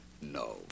No